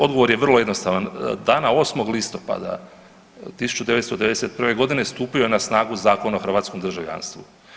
Odgovor je vrlo jednostavan, dana 8. listopada 1991.g. stupio je na snagu Zakon o hrvatskom državljanstvu.